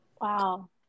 wow